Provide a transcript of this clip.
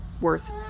worth